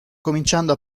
cominciando